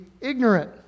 ignorant